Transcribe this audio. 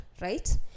right